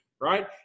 right